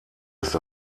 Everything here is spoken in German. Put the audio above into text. ist